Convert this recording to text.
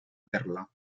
perla